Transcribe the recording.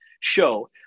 show